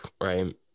right